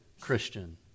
Christian